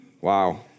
Wow